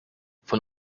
von